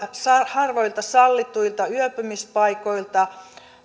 harvoilta sallituilta yöpymispaikoilta